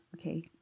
okay